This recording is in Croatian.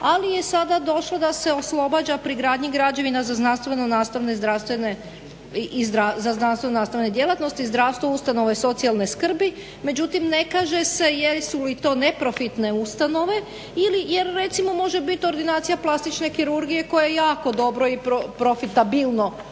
Ali je sada došlo da se oslobađa pri gradnji građevina za znanstveno-nastavne djelatnosti, zdravstvo, ustanove socijalne skrbi. Međutim, ne kaže se jesu li to neprofitne ustanove jer recimo može biti ordinacija plastične kirurgije koja jako dobro i profitabilno